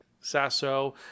Sasso